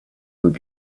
would